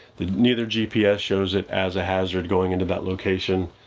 that neither gps shows it as a hazard going into that location.